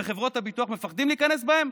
וחברות הביטוח, מפחדים להיכנס בהן?